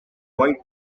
white